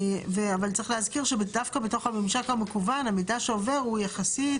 וצריך להזכיר שדווקא בתוך הממשק המקוון המידע שעובר הוא יחסית